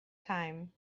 time